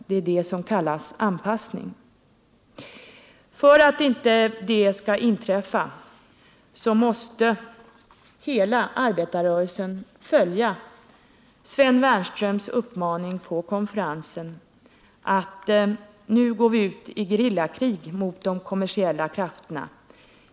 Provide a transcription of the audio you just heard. Det är det som kallas anpassning.” För att inte detta skall inträffa måste hela arbetarrörelsen följa Sven Wernströms uppmaning på konferensen: ”Nu går vi ut i gerillakrig mot de kommersiella krafterna.